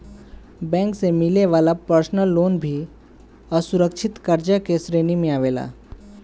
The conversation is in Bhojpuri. बैंक से मिले वाला पर्सनल लोन भी असुरक्षित कर्जा के श्रेणी में आवेला